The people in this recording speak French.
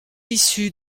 issu